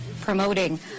promoting